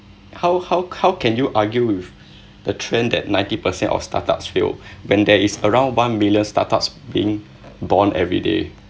how how how can you argue with the trend that ninety percent of startups fail when there is around one million startups being born every day